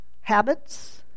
habits